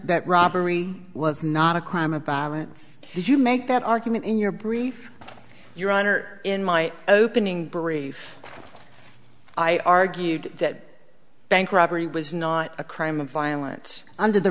that robbery was not a crime of violence if you make that argument in your brief your honor in my opening brief i argued that bank robbery was not a crime of violence under the